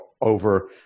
over